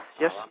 Yes